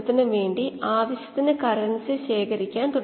സ്ഥിരമായ പ്രവർത്തനത്തിനുള്ള വ്യവസ്ഥകൾ ആണ് നമ്മൾ പരിശോധിക്കുന്നത്